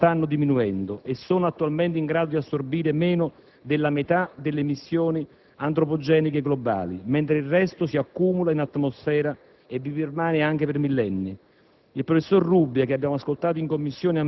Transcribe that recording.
che le capacità naturali di assorbimento stanno diminuendo e sono attualmente in grado di assorbire meno delle metà delle emissioni antropogeniche globali, mentre il resto si accumula in atmosfera e vi permane anche per millenni.